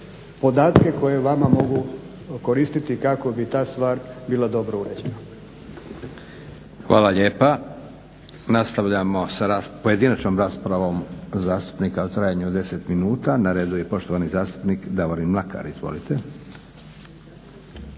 podatke koji vama mogu koristiti kako bi ta stvar bila dobro uređena. **Leko, Josip (SDP)** Hvala lijepa. Nastavljamo sa pojedinačnom raspravom zastupnika u trajanju od 10 minuta. Na redu je poštovani zastupnik Davorin Mlakar.